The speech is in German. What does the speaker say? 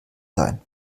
sein